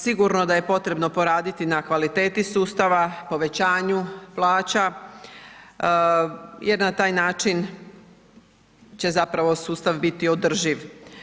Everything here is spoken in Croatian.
Sigurno da je potrebno poraditi na kvaliteti sustava, povećanju plaća jer na taj način će zapravo sustav bit održiv.